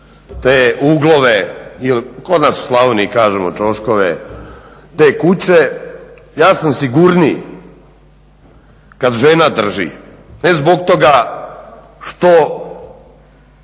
te uglove ili, kod nas u Slavoniji kažemo ćoškove te kuće, ja sam sigurniji kad žena drži, ne zbog toga što